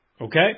Okay